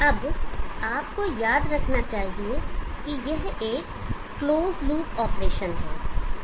अब आपको याद रखना चाहिए कि यह एक क्लोज लूप ऑपरेशन है